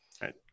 right